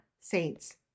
saints